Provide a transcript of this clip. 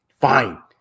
Fine